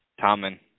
Tommen